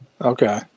okay